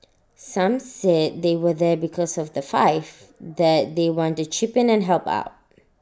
some said they were there because of the five that they wanted to chip in and help out